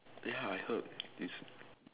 ya I heard it's